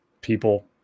people